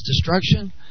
destruction